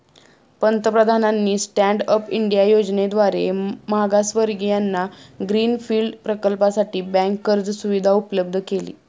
पंतप्रधानांनी stand up India योजनेद्वारे मागासवर्गीयांना ग्रीन फील्ड प्रकल्पासाठी बँक कर्ज सुविधा उपलब्ध केली